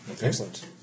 excellent